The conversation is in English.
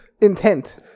Intent